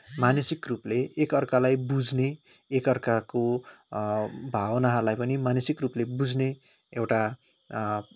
मानसिक रूपले एक अर्कालाई बुझ्ने एक अर्काको भावनाहरूलाई पनि मनसिक रूपले बुझ्ने एउटा